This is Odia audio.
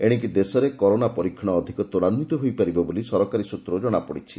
ଏଶିକି ଦେଶରେ କରୋନା ପରୀକ୍ଷଣ ଅଧିକ ତ୍ୱରାନ୍ୱିତ ହୋଇପାରିବ ବୋଲି ସରକାରୀ ସୂତ୍ରରୁ ଜଣାପଡ଼ିଛି